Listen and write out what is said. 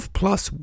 plus